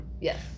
Yes